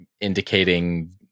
indicating